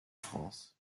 france